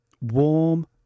warm